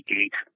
eight